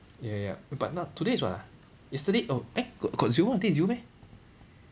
ya ya ya but now today is what ah yesterday oh eh got got zero until zero meh